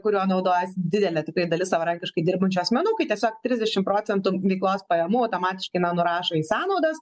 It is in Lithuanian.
kuriuo naudojasi didelė dalis savarankiškai dirbančių asmenų kai tiesiog trisdešimt procentų veiklos pajamų automatiškai na nurašo į sąnaudas